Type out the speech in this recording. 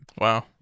Wow